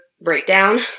breakdown